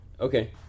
Okay